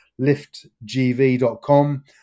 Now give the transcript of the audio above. liftgv.com